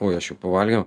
oi aš jau pavalgiau